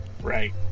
Right